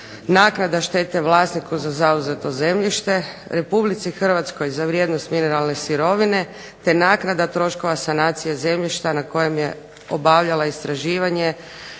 naknada štete vlasniku za zauzeto zemljište, Republici Hrvatskoj za vrijednost mineralne sirovine, te naknada troškova sanacije zemljišta na kojem je obavljala istraživanje